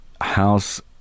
house